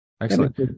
Excellent